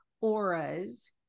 auras